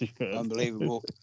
Unbelievable